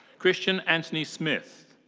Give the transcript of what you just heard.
christian anthony smith.